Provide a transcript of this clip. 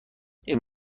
این